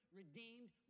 redeemed